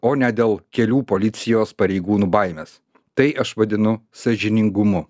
o ne dėl kelių policijos pareigūnų baimės tai aš vadinu sąžiningumu